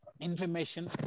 information